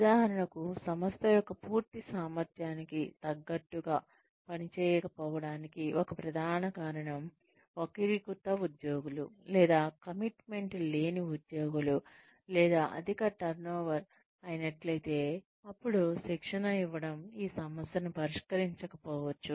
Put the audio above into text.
ఉదాహరణకు సంస్థ యొక్క పూర్తి సామర్థ్యానికి తగ్గట్టుగా పనిచేయకపోవడానికి ఒక ప్రధాన కారణం వక్రీకృత ఉద్యోగులు లేదా కమిట్మెంట్ లేని ఉద్యోగులు లేదా అధిక టర్నోవర్ అయినట్లయితే అపుడు శిక్షణ ఇవ్వడం ఈ సమస్యను పరిష్కరించకపోవచ్చు